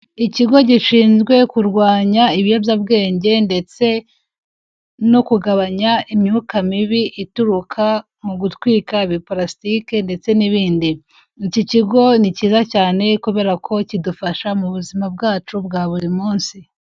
Ikigo gishinzwe kurwanya ibiyobya bwenge ndetse no kugabanya imyuka mibi ituruka mu gutwika ibiparasitike ndetse n'ibindi. Iki kigo ni cyiza cyane kubera ko kidufasha mu buzima bwacu bwa buri munsi.